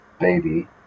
baby